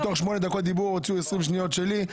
מתוך 8 דקות דיבור הוציאו 20 שניות שלי.